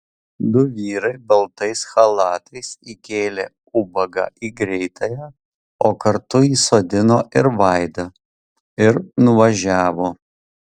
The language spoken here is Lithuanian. du vyrai baltais chalatais įkėlė ubagą į greitąją o kartu įsodino ir vaidą ir nuvažiavo